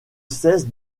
cesse